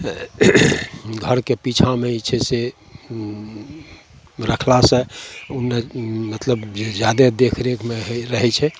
घरके पिछाँमे जे छै से राखलासे ओहिमे मतलब जऽ जादे देखरेखमे रहै छै